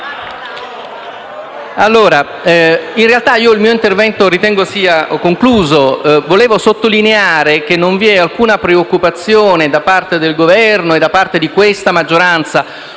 che il mio intervento sia concluso. Volevo sottolineare che non vi è alcuna preoccupazione da parte del Governo e da parte di questa maggioranza